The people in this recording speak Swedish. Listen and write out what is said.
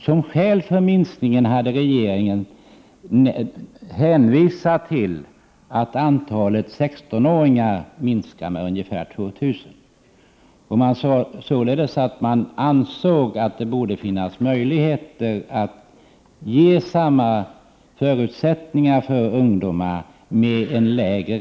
Som skäl för minskningen hänvisade regeringen till att antalet 16-åringar minskar med ungefär 2 000. Regeringen ansåg därför att det även med ett mindre antal platser borde finnas möjligheter att ge ungdomarna samma förutsättningar att få gymnasieutbildning.